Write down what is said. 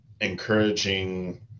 encouraging